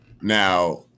Now